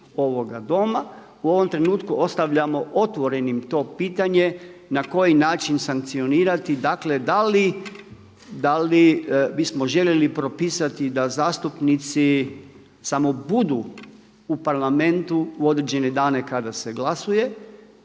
ovoga Doma. U ovom trenutku ostavljamo otvorenim to pitanje, na koji način sankcionirati dakle da li bismo željeli propisati da zastupnici samo budu u parlamentu u određene dane kada se glasuje